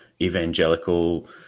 evangelical